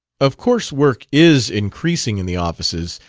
of course work is increasing in the offices,